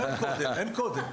אין קודם,